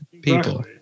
people